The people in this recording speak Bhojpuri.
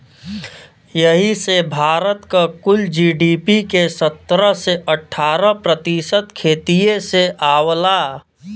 यही से भारत क कुल जी.डी.पी के सत्रह से अठारह प्रतिशत खेतिए से आवला